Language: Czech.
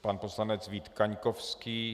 Pan poslanec Vít Kaňkovský.